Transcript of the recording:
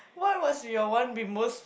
what was your one bimbo-est